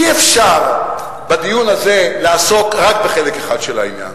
אי-אפשר בדיון הזה לעסוק רק בחלק אחד של העניין.